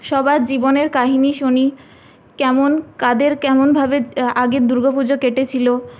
সবার জীবনের কাহিনি শুনি কেমন কাদের কেমনভাবে আগের দুর্গাপুজো কেটেছিলো